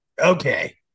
Okay